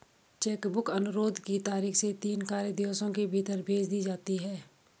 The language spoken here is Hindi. चेक बुक अनुरोध की तारीख से तीन कार्य दिवसों के भीतर भेज दी जाती है